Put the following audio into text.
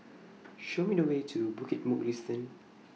Show Me The Way to Bukit Mugliston